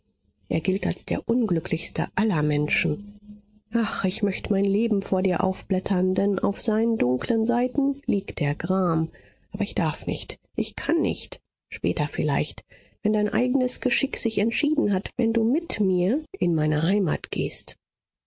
er gilt als der unglücklichste aller menschen ach ich möchte mein leben vor dir aufblättern denn auf seinen dunkeln seiten liegt der gram aber ich darf nicht ich kann nicht später vielleicht wenn dein eignes geschick sich entschieden hat wenn du mit mir in meine heimat gehst